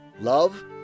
love